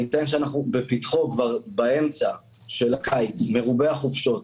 בהינתן שאנחנו כבר בפתחו של הקיץ מרובה החופשות,